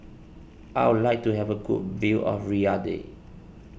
I would like to have a good view of Riyadh